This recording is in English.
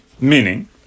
Meaning